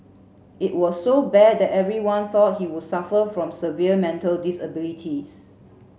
it was so bad that everyone thought he would suffer from severe mental disabilities